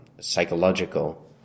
psychological